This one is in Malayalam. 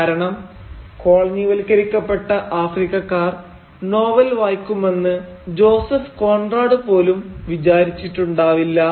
കാരണം കോളനിവൽക്കരിക്കപ്പെട്ട ആഫ്രിക്കക്കാർ നോവൽ വായിക്കുമെന്ന് ജോസഫ് കോൺറാട് പോലും വിചാരിച്ചിട്ടുണ്ടാവില്ല